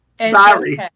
sorry